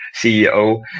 CEO